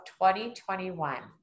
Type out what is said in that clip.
2021